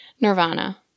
Nirvana